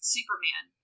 Superman